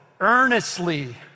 earnestly